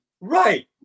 Right